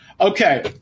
okay